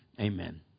amen